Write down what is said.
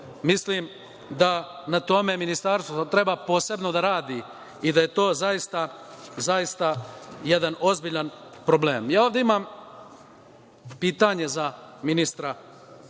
Mislim da na tome Ministarstvo treba posebno da radi i da je to zaista jedan ozbiljan problem. Ja ovde imam pitanje za ministra